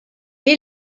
est